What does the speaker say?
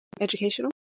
educational